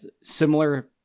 similar